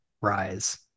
rise